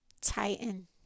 Titan